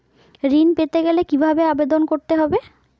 ঋণ পেতে গেলে কিভাবে আবেদন করতে হবে?